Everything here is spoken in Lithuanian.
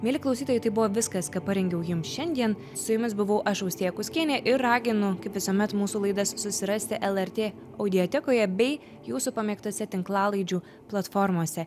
mieli klausytojai tai buvo viskas ką parengiau jums šiandien su jumis buvau aš austėja kuskienė ir raginu kaip visuomet mūsų laidas susirasti lrt audiotekoje bei jūsų pamėgtose tinklalaidžių platformose